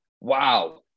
Wow